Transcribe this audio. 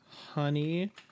honey